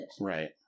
Right